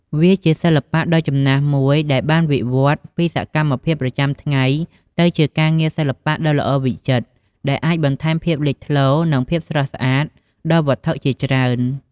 វាជាសិល្បៈដ៏ចំណាស់មួយដែលបានវិវត្តន៍ពីសកម្មភាពប្រចាំថ្ងៃទៅជាការងារសិល្បៈដ៏ល្អវិចិត្រ ដែលអាចបន្ថែមភាពលេចធ្លោ និងភាពស្រស់ស្អាត ដល់វត្ថុជាច្រើន។